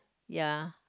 ya